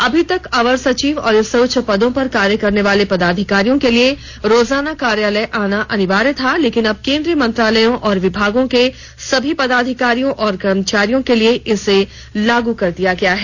अभी तक अवर सचिव और इससे उच्च पदों पर कार्य करने वाले पदाधिकारियों के लिए रोजाना कार्यालय आना अनिवार्य था लेकिन अब केंद्रीय मंत्रालयों और विभागों के सभी पदाधिकारियों और कर्मचारियों को लिए इसे लागू कर दिया गया है